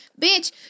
bitch